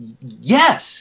Yes